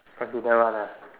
hard to tell one ah